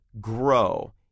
grow